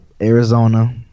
Arizona